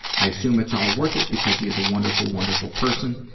i assume it's all worth it because he's a wonderful, wonderful person,